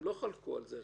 הם לא חלקו על זה.